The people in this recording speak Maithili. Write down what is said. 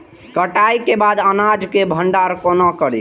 कटाई के बाद अनाज के भंडारण कोना करी?